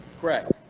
Correct